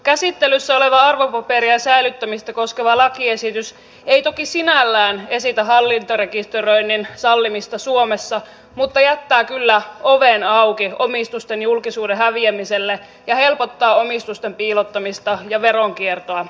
käsittelyssä oleva arvopaperien säilyttämistä koskeva lakiesitys ei toki sinällään esitä hallintarekisteröinnin sallimista suomessa mutta jättää kyllä oven auki omistusten julkisuuden häviämiselle ja helpottaa omistusten piilottamista ja veronkiertoa